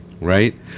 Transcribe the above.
Right